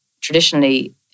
traditionally